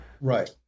Right